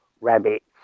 rabbits